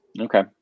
Okay